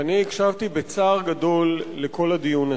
שאני הקשבתי בצער גדול לכל הדיון הזה,